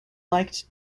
liked